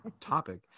topic